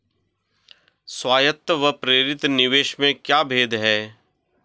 स्वायत्त व प्रेरित निवेश में क्या भेद है?